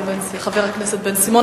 חבר הכנסת בן-סימון.